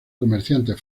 comerciantes